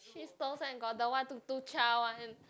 cheese toast and got the what Tuk-Tuk-Cha one